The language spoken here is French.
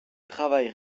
travaille